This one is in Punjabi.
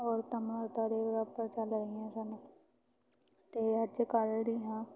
ਔਰਤਾਂ ਮਰਦਾਂ ਦੇ ਬਰਾਬਰ ਚੱਲ ਰਹੀਆਂ ਸਨ ਅਤੇ ਅੱਜ ਕੱਲ੍ਹ ਦੀਆਂ